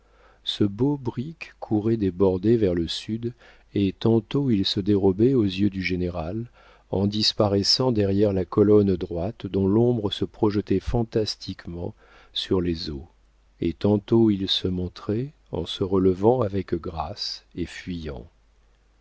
ce beau brick courait des bordées vers le sud et tantôt il se dérobait aux yeux du général en disparaissant derrière la colonne droite dont l'ombre se projetait fantastiquement sur les eaux et tantôt il se montrait en se relevant avec grâce et fuyant